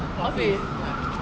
office